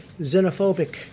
xenophobic